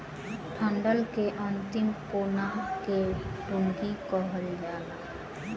डंठल के अंतिम कोना के टुनगी कहल जाला